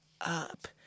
up